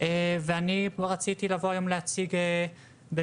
ואני כבר רציתי לבוא היום להציג במסגרת